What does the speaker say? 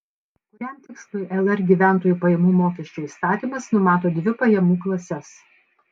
kuriam tikslui lr gyventojų pajamų mokesčio įstatymas numato dvi pajamų klases